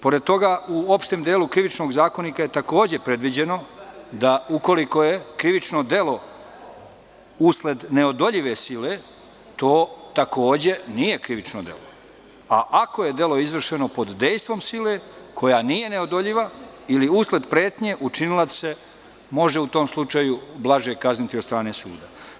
Pored toga, u opštem delu Krivičnog zakonika je takođe predviđeno da ukoliko je krivično delo usled neodoljive sile, to takođe nije krivično delo, a ako je delo izvršeno pod dejstvom sile koja nije neodoljiva ili usled pretnje, učinilac se može u tom slučaju blaže kazniti od strane suda.